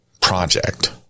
project